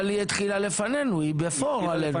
אבל היא התחילה לפנינו, היא בפור עלינו.